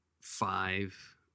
five